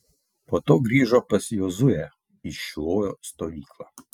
po to grįžo pas jozuę į šilojo stovyklą